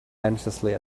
anxiously